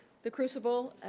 the crucible,